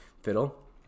fiddle